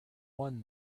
one